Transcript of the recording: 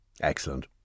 Excellent